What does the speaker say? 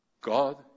God